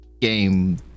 game